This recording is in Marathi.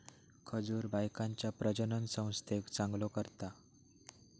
खजूर बायकांच्या प्रजननसंस्थेक चांगलो करता